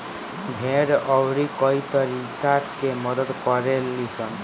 भेड़ अउरी कई तरीका से मदद करे लीसन